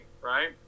right